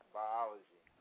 biology